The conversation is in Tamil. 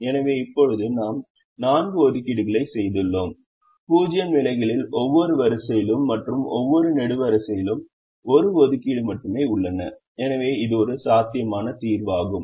எனவே இப்போது நாம் 4 ஒதுக்கீடு களைச் செய்துள்ளோம் 0 நிலைகளிலும் ஒவ்வொரு வரிசையிலும் மற்றும் ஒவ்வொரு நெடுவரிசையிலும் 1 ஒதுக்கீடு மட்டுமே உள்ளன எனவே இது ஒரு சாத்தியமான தீர்வாகும்